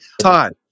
Todd